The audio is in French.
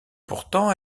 pourtant